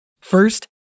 First